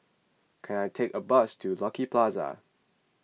can I take a bus to Lucky Plaza